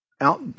out